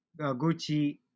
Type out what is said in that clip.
Gucci